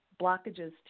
blockages